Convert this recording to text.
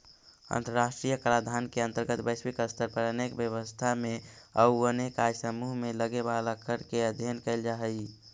अंतर्राष्ट्रीय कराधान के अंतर्गत वैश्विक स्तर पर अनेक व्यवस्था में अउ अनेक आय समूह में लगे वाला कर के अध्ययन कैल जा हई